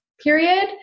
period